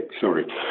sorry